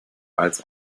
als